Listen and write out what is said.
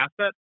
asset